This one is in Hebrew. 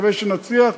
מקווה שנצליח,